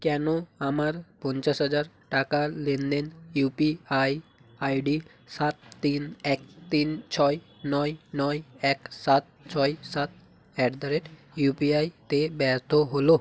কেন আমার পঞ্চাশ হাজার টাকার লেনদেন ইউপিআই আইডি সাত তিন এক তিন ছয় নয় নয় এক সাত ছয় সাত অ্যাট দ্য রেট ইউপিআইতে ব্যর্থ হলো